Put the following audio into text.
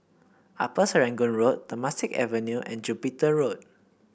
Upper Serangoon Road Temasek Avenue and Jupiter Road